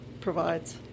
provides